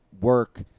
work